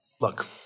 look